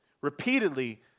repeatedly